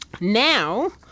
Now